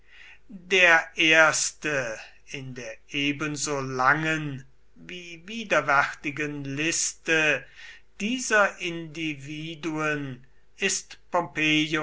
der erste in der ebenso langen wie widerwärtigen liste dieser individuen ist